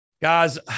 Guys